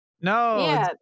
No